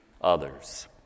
others